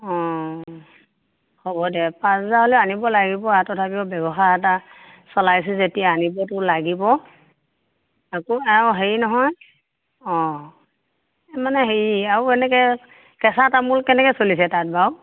অ হ'ব দে পাঁচ হেজাৰ হ'লে আনিব লাগিব আৰু তথাপিও ব্যৱসায় এটা চলাইছে যেতিয়া আনিবতো লাগিব আকৌ এই হেৰি নহয় অ মানে হেৰি আৰু এনেকৈ কেঁচা তামোল কেনেকৈ চলিছে তাত বাৰু